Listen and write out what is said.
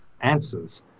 answers